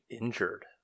injured